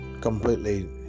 completely